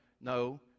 no